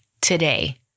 today